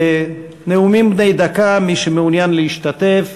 נאומים בני דקה, מי שמעוניין להשתתף